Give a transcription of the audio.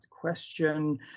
question